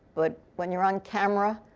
but when you're on camera,